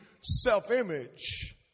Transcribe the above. self-image